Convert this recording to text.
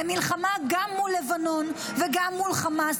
למלחמה גם מול לבנון וגם מול חמאס,